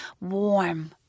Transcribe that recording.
warm